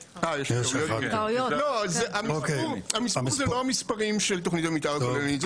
המספור זה לא המספרים של תוכנית המתאר הכללית.